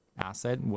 asset